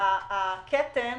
הכתם